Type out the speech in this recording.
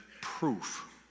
proof